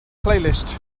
playlist